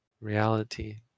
reality